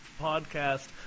podcast